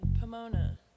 Pomona